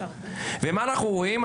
ומה אנחנו רואים?